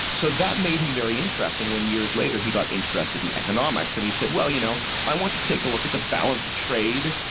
so that made him very interesting when years later he got interested in economics. and he said, well you know, i want to take a look at the balance of trade,